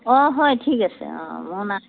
অঁ হয় ঠিক আছে অঁ অঁ মই